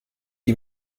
die